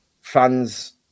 fans